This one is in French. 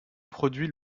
produit